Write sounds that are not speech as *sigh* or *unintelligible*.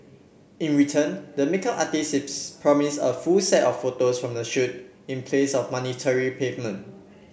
in return the makeup *unintelligible* promised a full set of photos from the shoot in place of monetary payment